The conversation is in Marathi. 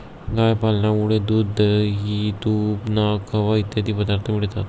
गाय पालनामुळे दूध, दही, तूप, ताक, खवा इत्यादी पदार्थ मिळतात